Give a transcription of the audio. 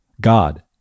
God